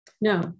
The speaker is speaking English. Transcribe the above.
No